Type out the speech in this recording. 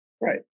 Right